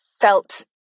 felt